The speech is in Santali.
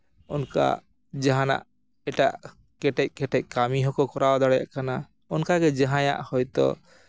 ᱚᱱᱠᱟ ᱡᱟᱦᱟᱸᱱᱟᱜ ᱮᱴᱟᱜ ᱠᱮᱴᱮᱡ ᱠᱮᱴᱮᱡ ᱠᱟᱹᱢᱤ ᱦᱚᱸᱠᱚ ᱠᱚᱨᱟᱣ ᱫᱟᱲᱮᱭᱟᱜ ᱠᱟᱱᱟ ᱚᱱᱠᱟᱜᱮ ᱡᱟᱦᱟᱸᱭᱟᱜ ᱦᱚᱭᱛᱳ